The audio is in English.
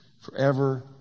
forever